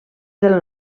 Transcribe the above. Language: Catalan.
del